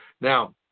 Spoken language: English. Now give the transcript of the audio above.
Now